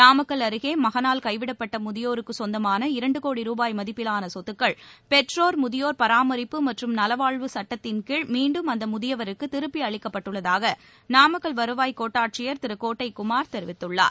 நாமக்கல் அருகே மகனால் கைவிடப்பட்ட முதியோருக்கு சொந்தமான இரண்டு கோடி ரூபாய் மதிப்பிலான சொத்துக்கள் பெற்றோர் முதியோர் பராமரிப்பு மற்றும் நலவாழ்வு சுட்டத்தின் கீழ் மீண்டும் அந்த முதியவருக்கு திருப்பி அளிக்கப்பட்டுள்ளதாக நாமக்கல் வருவாய் கோட்டாட்சியர் திரு கோட்டை குமார் தெரிவித்துள்ளார்